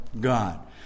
God